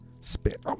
Spit